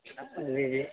جی جی